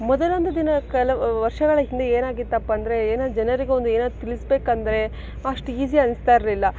ಮೊದಲೊಂದು ದಿನ ಕೆಲವು ವರ್ಷಗಳ ಹಿಂದೆ ಏನಾಗಿತ್ತಪ್ಪಾ ಅಂದರೆ ಏನು ಜನರಿಗೆ ಒಂದು ಏನೋ ತಿಳಿಸಬೇಕಂದ್ರೆ ಅಷ್ಟು ಈಸಿ ಅನಿಸ್ತಾ ಇರಲಿಲ್ಲ